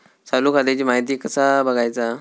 चालू खात्याची माहिती कसा बगायचा?